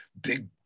big